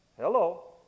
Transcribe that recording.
Hello